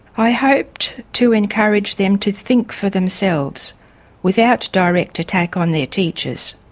i hoped to encourage them to think for themselves without direct attack on their teachers.